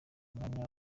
umwanya